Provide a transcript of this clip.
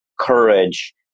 courage